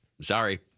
sorry